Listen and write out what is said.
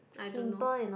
I don't know